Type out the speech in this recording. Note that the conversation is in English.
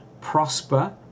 prosper